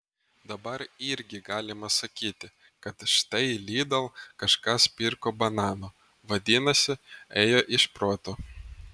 dabar irgi galima sakyti kad štai lidl kažkas pirko bananų vadinasi ėjo iš proto